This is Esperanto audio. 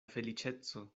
feliĉeco